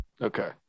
Okay